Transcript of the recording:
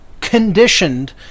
conditioned